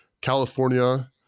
California